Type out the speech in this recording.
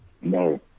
No